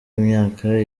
imyaka